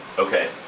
Okay